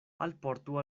alportu